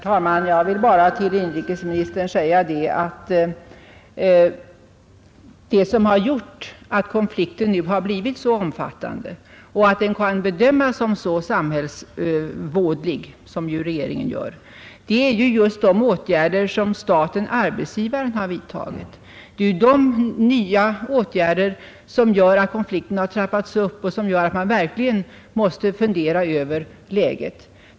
Herr talman! Jag vill bara till inrikesministern säga att det som har gjort att konflikten nu har blivit så omfattande och att den kan bedömas som samhällsvådlig är just de åtgärder som staten-arbetsgivaren vidtagit. Det är ju de åtgärderna som gjort att konflikten trappats upp och som gör att man nu verkligen måste fundera över läget.